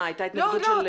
הייתה התנגדות?